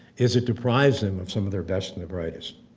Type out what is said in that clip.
is it deprives them of some of their best and their brightest.